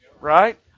right